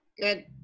Good